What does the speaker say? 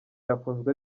yafunzwe